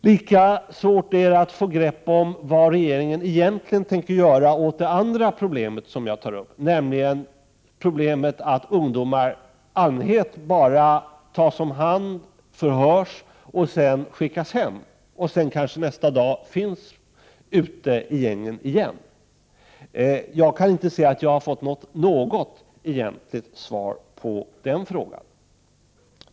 Lika svårt är det att få grepp om vad regeringen egentligen tänker göra åt det andra problemet som jag har tagit upp, nämligen att ungdomar i allmänhet bara tas om hand, förhörs och sedan skickas hem. Nästa dag finns de kanske ute i gängen igen. Jag kan inte se att jag har fått något egentligt svar på den frågan.